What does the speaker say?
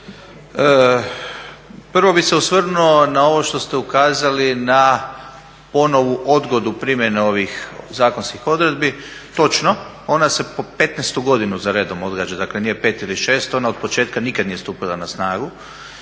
prvo bih se osvrnuo na ovo što ste ukazali na ponovnu odgodu primjene ovih zakonskih odredbi. Točno, ona se po 15.godinu za redom odgađa, dakle nije 5 ili 6 ona od početka nije stupila na snagu.